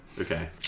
Okay